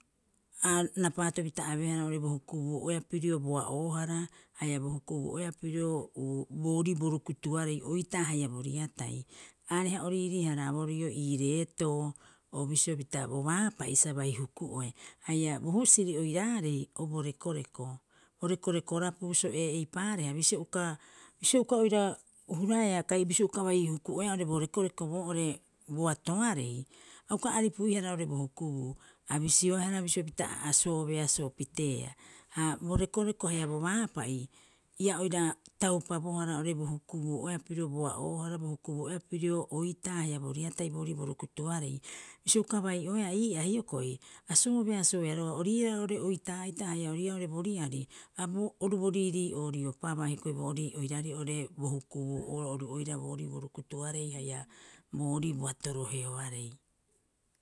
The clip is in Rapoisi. Aa rapaatopita abeehara bo hukubuu'oea pirio boa'oohara haia bo hukubuu oea pirio uu boorii bo rukutuarei oitaa haia boriatai. Aareha o riirii- haraboroa ii'oo ii reetoo, o bisio pita bo baapa'i sa bai huku'oe. Haia bo husiri oiraarei o bo rekoreko, bo rekoreko rapiu so'ee, eipaareha bisio uka- bisio uka oira huraea boatoarei, a uka aripuiharaoo'ore bo hukubuu. A bisioehara bisio pita asoobeasoo piteea. Ha bo rekoreko haia bo baapa'i ia oira taupabohara oo'ore bo hukubuu'oea pirio boa'oohara bo hukubuu'oea pirio oitaa hara boriatai boorii bo rukutuarei, bisio uka bai oea ii'aa hioko'i, a soobeesooea roga'a ori iiraa roari oitaa'ita haia ori ii'aa bo riari a bo a oru bo riirii'oo riopabaa hioko'i boorii oiraarei oo'ore bo hukubuu. boorii borukutuarei haia, borii boatoro heuaarei.